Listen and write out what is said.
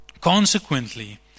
Consequently